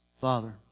Father